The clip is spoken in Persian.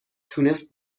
تونست